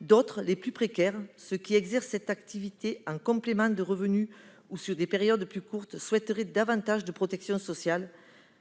D'autres-les plus précaires-, ceux qui exercent cette activité afin d'en tirer un complément de revenus ou sur des périodes plus courtes, souhaiteraient davantage de protection sociale,